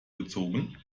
gezogen